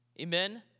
Amen